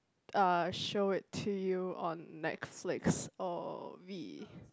uh show it to you on Netflix or we